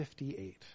58